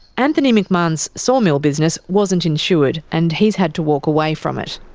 anthony mcmahon's sawmill business wasn't insured and he's had to walk away from it.